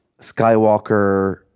Skywalker